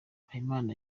habimana